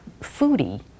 foodie